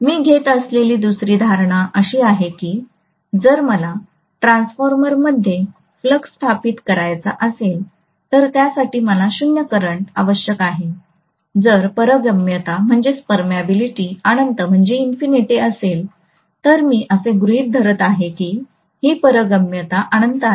मी घेत असलेली दुसरी धारणा अशी आहे की जर मला ट्रान्सफॉर्मरमध्ये फ्लक्स स्थापित करायचा असेल तर त्यासाठी मला 0 करंट आवश्यक आहे जर पारगम्यता अनंत असेल तर मी असे गृहीत धरत आहे की ही पारगम्यता अनंत आहे